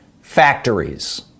factories